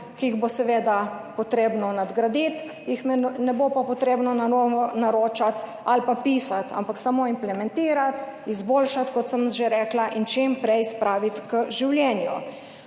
ki jih bo seveda potrebno nadgraditi, jih ne bo pa potrebno na novo naročati ali pa pisati, ampak samo implementirati, izboljšati, kot sem že rekla in čim prej spraviti k življenju.